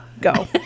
Go